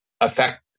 affect